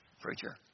Preacher